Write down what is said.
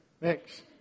next